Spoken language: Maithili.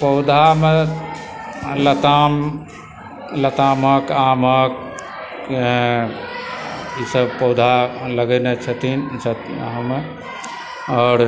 पौधामे लताम लतामक आमक ईसभ पौधा लगओने छथिन सभ गाँवमे आओर